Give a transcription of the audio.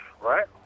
right